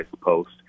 post